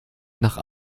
nach